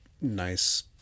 nice